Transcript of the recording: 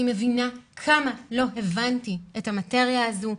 מבינה כמה לא הבנתי את המטריה הזאת,